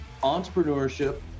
entrepreneurship